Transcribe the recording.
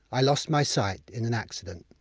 i lost my sight in an accident!